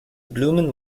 bloemen